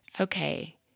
okay